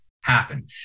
happen